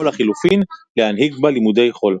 או לחלופין להנהיג בה לימודי חול.